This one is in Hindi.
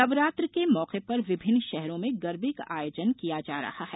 नवरात्र के मौके पर विभिन्न षहरों में गरबे का आयोजन किए जा रहे हैं